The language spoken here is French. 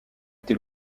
été